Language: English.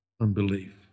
unbelief